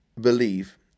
believe